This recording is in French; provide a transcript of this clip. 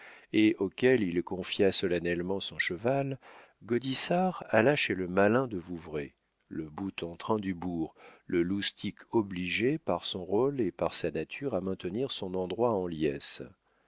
et auquel il confia solennellement son cheval gaudissart alla chez le malin de vouvray le boute-en-train du bourg le loustic obligé par son rôle et par sa nature à maintenir son endroit en liesse